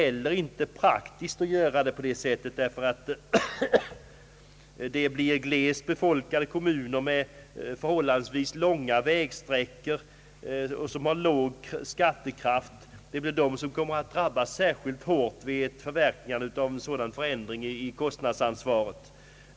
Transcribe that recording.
Det är inte heller praktiskt att göra på det sättet, därför att det blir glest befolkade kommuner med besvärliga kommunikationsförhållanden på grund av långa vägsträckor och kommuner med låg skattekraft som kommer att drabbas särskilt hårt vid ett förverkligande av en sådan förändring i kostnadsansvaret.